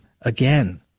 again